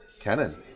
canon